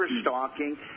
stalking